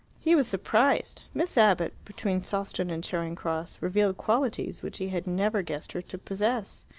he was surprised. miss abbott, between sawston and charing cross, revealed qualities which he had never guessed her to possess.